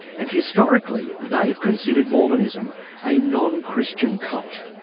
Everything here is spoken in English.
and historically they've considered mormonism a non-christian cult.